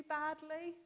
badly